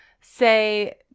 say